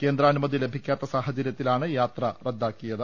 കേന്ദ്രാനുമതി ലഭിക്കാത്ത സാഹചര്യത്തിലാ ണ് യാത്ര റദ്ദാക്കിയത്